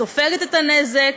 וסופגת את הנזק.